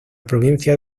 provincia